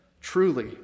Truly